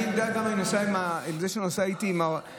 אני נוסע עם עוזרי,